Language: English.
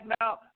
now